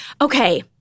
okay